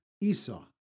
Esau